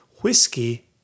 whiskey